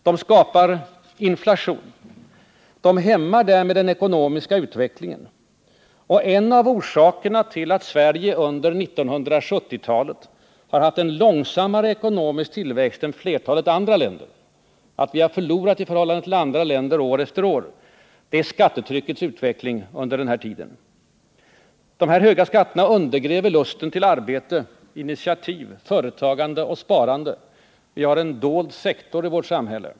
De skapar inflation. De hämmar därmed den ekonomiska utvecklingen. Och en av orsakerna till att Sverige under 1970-talet har haft en långsammare ekonomisk tillväxt än flertalet andra länder, att vi förlorat i förhållande till andra länder år efter år, är skattetryckets utveckling under dessa år. De höga skatterna undergräver lusten till arbete, initiativ, företagande och sparande. Vi har en dold sektor i vårt samhälle.